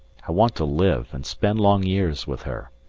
i want to live and spend long years with her,